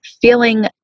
feeling